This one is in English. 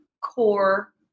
core